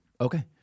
Okay